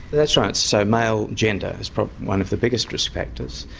that's right so male gender is probably one of the biggest risk factors.